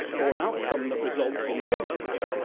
or an outcome that results in no deal,